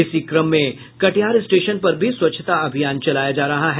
इसी क्रम में कटिहार स्टेशन पर भी स्वच्छता अभियान चलाया जा रहा है